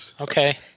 okay